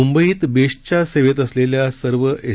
मुंबईत बेस्टच्या सेवेत असलेल्या सर्व एस